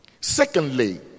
secondly